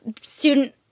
student